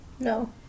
No